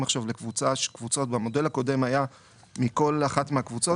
עכשיו לקבוצות - במודל הקודם היה שמכל אחת מהקבוצות,